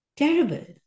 terrible